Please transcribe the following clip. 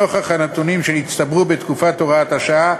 נוכח הנתונים שנצטברו בתקופת הוראת השעה,